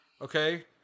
okay